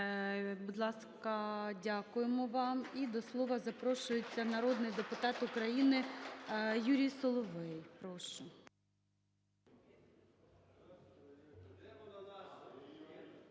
Будь ласка. Дякуємо вам. І до слова запрошується народний депутат України Юрій Соловей. Прошу.